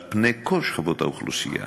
על פני כל שכבות האוכלוסייה.